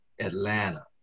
Atlanta